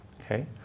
Okay